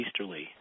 easterly